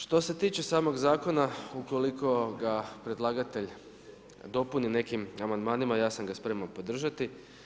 Što se tiče samog zakona ukoliko ga predlagatelj dopuni nekim amandmanima ja sam ga spreman podržati.